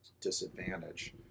disadvantage